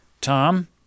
Tom